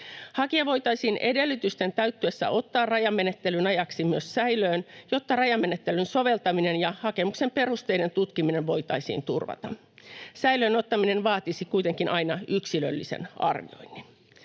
Hakija voitaisiin edellytysten täyttyessä ottaa rajamenettelyn ajaksi myös säilöön, jotta rajamenettelyn soveltaminen ja hakemuksen perusteiden tutkiminen voitaisiin turvata. Säilöön ottaminen vaatisi kuitenkin aina yksilöllisen arvioinnin.